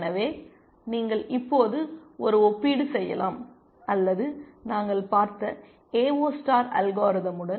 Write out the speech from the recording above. எனவே நீங்கள் இப்போது ஒரு ஒப்பீடு செய்யலாம் அல்லது நாங்கள் பார்த்த ஏஓ ஸ்டார் அல்காரிதமுடன்